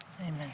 Amen